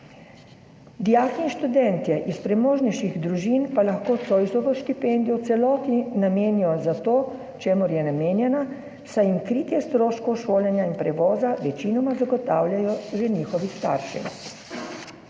Dijaki in študentje iz premožnejših družin pa lahko Zoisovo štipendijo v celoti namenijo za to, čemur je namenjena, saj jim kritje stroškov šolanja in prevoza večinoma zagotavljajo že njihovi starši.